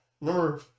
Remember